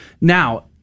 Now